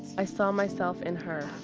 i saw myself in her.